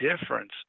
difference